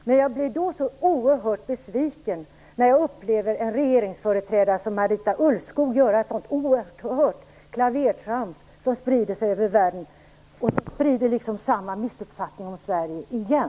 Men jag blir då så oerhört besviken när jag upplever en regeringsföreträdare som Marita Ulvskog göra ett sådant oerhört klavertramp att det sprider sig över världen och sprider samma missuppfattning om Sverige igen.